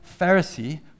Pharisee